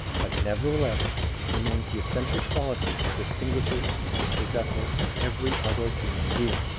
but nevertheless remains the essential quality that distinguishes its possessor from every other human being.